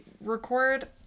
record